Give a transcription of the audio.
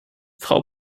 frau